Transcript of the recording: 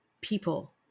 people